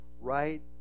right